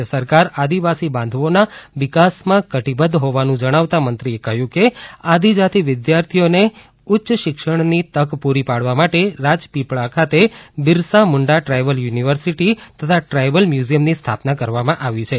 રાજય સરકાર આદિવાસી બાંધવોના વિકાસમાં કટિબધ્ધ હોવાનુ જણાવતા મંત્રીએ કહ્યું કે આદિજાતિ વિદ્યાર્થીઓને ઉચ્યશિક્ષણની તક પુરી પાડવા માટે રાજપીપળા ખાતે બિરસા મૂંડા ટ્રાયબલ યુનિવર્સિટી તથા ટ્રાયબલ મ્યુઝીયમની સ્થાપના કરવામાં આવી છે